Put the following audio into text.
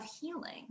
healing